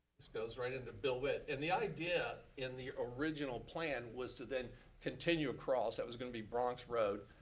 this goes right into bill witt, and the idea in the original plan was to then continue across, that was gonna be bronx road,